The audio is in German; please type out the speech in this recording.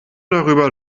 darüber